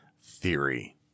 theory